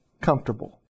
comfortable